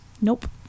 Nope